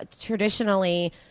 traditionally